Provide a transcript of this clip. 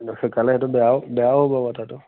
সেইকাৰণে সেইটো বেয়াও বেয়া হ'ব কথাটো